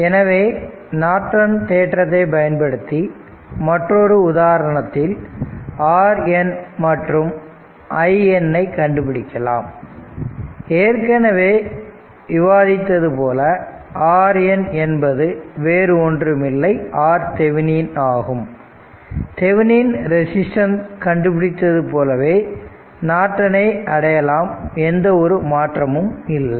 எனவே நார்ட்டன் தேற்றத்தை பயன்படுத்தி மற்றொரு உதாரணத்தில் RN மற்றும் IN ஐ கண்டுபிடிக்கலாம் ஏற்கனவே விவாதித்தது போல RN என்பது வேறொன்றுமில்லை RThevenin ஆகும் தெவனின் ரெசிஸ்டன்ஸ் கண்டுபிடித்தது போலவே நார்ட்டன் ஐ அடையலாம் எந்த ஒரு மாற்றமும் இல்லை